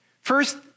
First